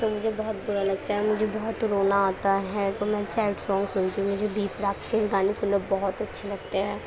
تو مجھے بہت برا لگتا ہے مجھے بہت رونا آتا ہے تو میں سیڈ سانگ سنتی ہوں مجھے کے گانے سننا بہت اچھے لگتے ہیں